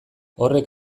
horrek